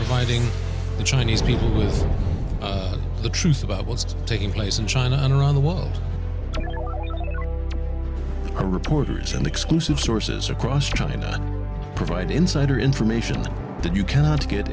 fighting the chinese people is the truth about what's taking place in china and around the world are reporters and exclusive sources across china provide insider information that you cannot get